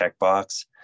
checkbox